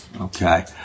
Okay